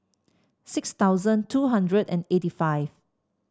six thousand two hundred and eighty five